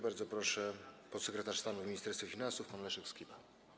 Bardzo proszę, podsekretarz stanu w Ministerstwie Finansów pan Leszek Skiba.